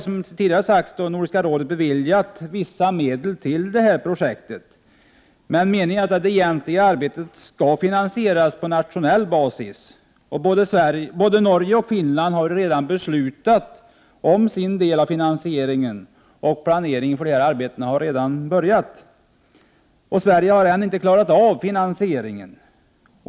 Som tidigare har sagts har Nordiska rådet beviljat vissa medel till detta projekt. Men meningen är ju att det egentliga arbetet skall finansieras på nationell basis. Både Norge och Finland har redan beslutat om sin del av finansieringen, och planeringen för dessa arbeten har redan börjat. Sverige har ännu inte klarat av sin finansiering.